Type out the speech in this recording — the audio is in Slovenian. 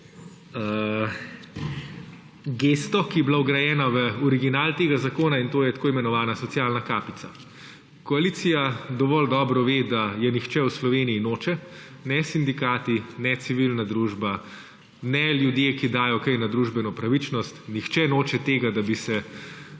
gesto, ki je bila vgrajena v original tega zakona, in to je tako imenovana socialna kapica. Koalicija dovolj dobro ve, da je nihče v Sloveniji noče, ne sindikati ne civilna družba, ne ljudje, ki dajo kaj na družbeno pravičnost, nihče noče tega, da bi se